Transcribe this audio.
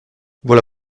voilà